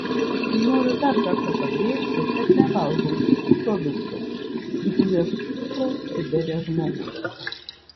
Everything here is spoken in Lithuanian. tai noriu dar kartą pabrėžti kad nevalgau tik tų produktų į kuriuos cukraus priberia žmogus